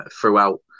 throughout